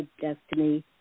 destiny